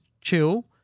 chill